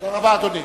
תודה רבה, אדוני.